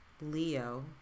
Leo